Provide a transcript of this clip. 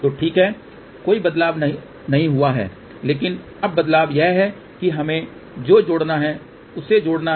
तो ठीक है कोई बदलाव नहीं हुआ है लेकिन अब बदलाव यह है कि हमें जो जोड़ना है उसे जोड़ना है